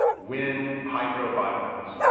wind, hydro, biomass.